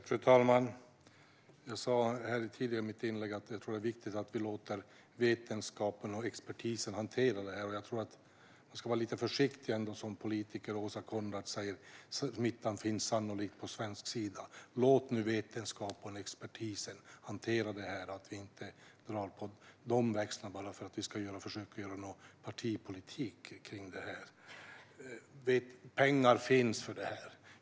Fru talman! Jag sa i ett tidigare inlägg att jag tror att det är viktigt att vi låter vetenskapen och expertisen hantera detta. Jag tror att man ska vara lite försiktig som politiker. Åsa Coenraads säger: Smittan finns sannolikt på svensk sida. Låt nu vetenskapen och expertisen hantera detta! Vi ska inte dra växlar på detta bara för att försöka göra partipolitik av det. Pengar finns för detta.